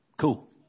cool